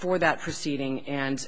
for that proceeding and